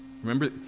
Remember